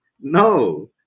No